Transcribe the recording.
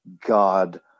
God